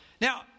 Now